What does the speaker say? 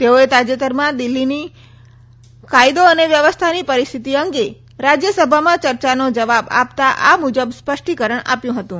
તેઓએ દિલ્ફીમાં તાજેતરની કાયદો અને વ્યવસ્થાની પરિસ્થિતિ અંગે રાજ્યસભામાં ચર્ચાનો જવાબ આપતા આ મુજબ સ્પષ્ટીકરણ આપ્યું હતુ